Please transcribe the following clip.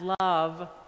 love